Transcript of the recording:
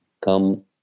come